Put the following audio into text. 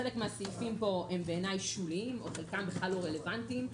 חלק מהסעיפים פה בעיניי שוליים או חלקם כלל לא רלוונטיים.